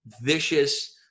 vicious